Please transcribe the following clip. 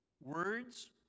words